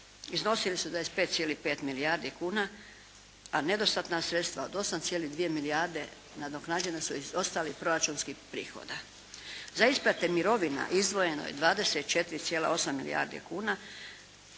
iznosili su 25,5 milijardi kuna a nedostatna sredstva od 8,2 milijarde nadoknađena su iz ostalih proračunskih prihoda. Za isplate mirovina izdvojeno je 24,8 milijardi kuna